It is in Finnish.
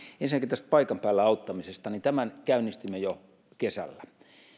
ensinnäkin tästä paikan päällä auttamisesta tämän käynnistimme jo kesällä